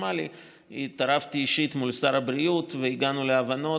הבלתי-פורמלי התערבתי אישית מול שר הבריאות והגענו להבנות,